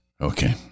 Okay